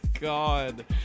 god